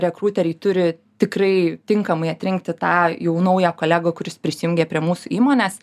rekrūteriai turi tikrai tinkamai atrinkti tą jau naują kolegą kuris prisijungia prie mūsų įmonės